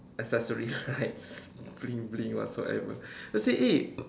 accessories right blink blink whatsoever then I say eh